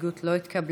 ההסתייגות לא התקבלה.